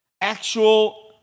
Actual